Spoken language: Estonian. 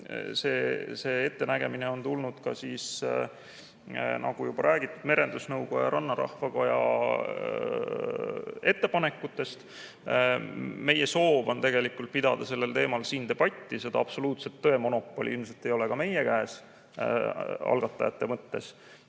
see ettenägemine on tulnud, nagu juba räägitud, Merendusnõukoja, Rannarahva Koja ettepanekutest. Meie soov on tegelikult pidada sellel teemal siin debatti, seda absoluutset tõemonopoli ilmselt ei ole meie käes, algatajate mõttes.